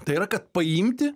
tai yra kad paimti